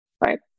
Right